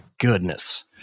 Goodness